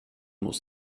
muss